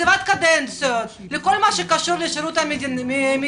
לקציבת קדנציות, לכל מה שקשור לשירות המדינה